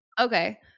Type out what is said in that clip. Okay